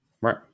Right